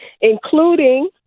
including